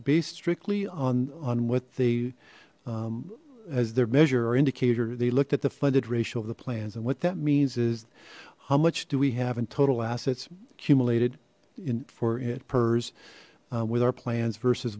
based strictly on on what they as their measure or indicator they looked at the funded ratio of the plans and what that means is how much do we have in total assets accumulated in for it pers with our plans versus